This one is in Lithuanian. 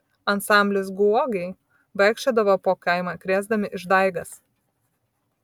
ansamblis guogiai vaikščiodavo po kaimą krėsdami išdaigas